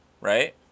right